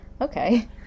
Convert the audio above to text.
okay